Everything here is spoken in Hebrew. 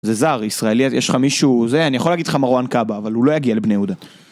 זה זר, ישראלי, יש לך מישהו, זה, אני יכול להגיד לך מרואן קבהא, אבל הוא לא יגיע לבני יהודה.